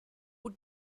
put